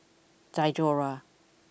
Diadora